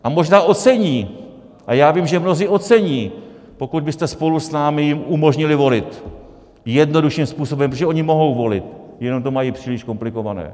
A možná ocení, a já vím, že mnozí ocení, pokud byste spolu s námi jim umožnili volit jednodušším způsobem, protože oni mohou volit, jenom to mají příliš komplikované.